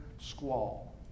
squall